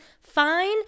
fine